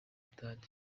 stade